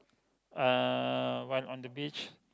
uh while on the beach